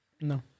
No